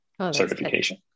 certification